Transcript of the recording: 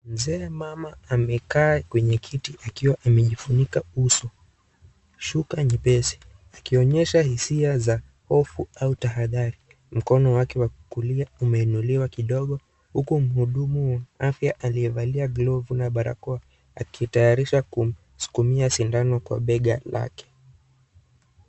Mzee, mama amekaa kwenye kiti akiwa amejifunika uso , shuka nyepesi akionyesha hisia za hofu au tahadhari mkono wake wa kulia umeinuliwa kidogo huku mhudumu wa afya aliyevalia glavu na barakoa akitayarisha kumsukumia sindano kwa bega lake.